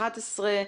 11),